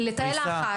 לתמחור, לתאי לחץ.